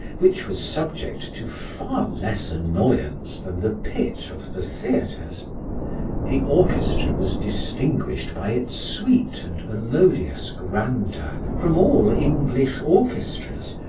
which was subject to far less annoyance than the pit of the theatres the orchestra was distinguished by its sweet and melodious grandeur from all english orchestras,